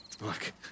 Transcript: Look